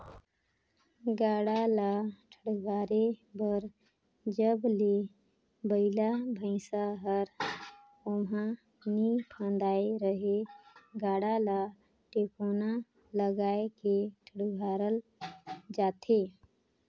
गाड़ा ल ठडुवारे बर जब ले बइला भइसा हर ओमहा नी फदाय रहेए गाड़ा ल टेकोना लगाय के ठडुवारल जाथे